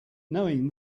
knowing